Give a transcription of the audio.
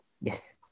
Yes